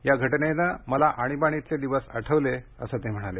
या घटनेनं मला आणीबाणीतील दिवस आठवले असं ते म्हणाले